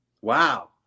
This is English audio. Wow